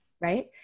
Right